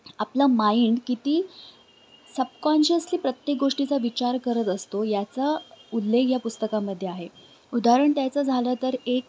आपलं माइंड किती सबकॉन्शियसली प्रत्येक गोष्टीचा विचार करत असतो याचा उल्लेख या पुस्तकामध्ये आहे उदाहरण द्यायचं झालं तर एक